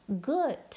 good